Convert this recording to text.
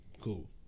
Cool